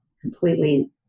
completely